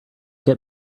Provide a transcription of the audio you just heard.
get